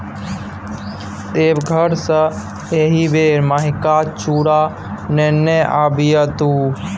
देवघर सँ एहिबेर मेहिका चुड़ा नेने आबिहे तु